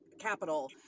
capital